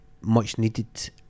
much-needed